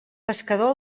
pescador